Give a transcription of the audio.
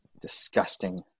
disgusting